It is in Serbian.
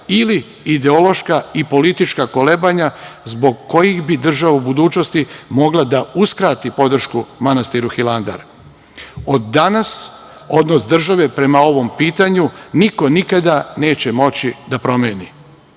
ili ideološka i politička kolebanja zbog kojih bi država u budućnosti mogla da uskrati podršku manastiru Hilandar. Od danas odnos države prema ovom pitanju niko nikada neće moći da promeni. Na